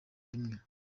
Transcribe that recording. bimwe